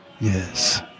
Yes